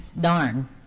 darn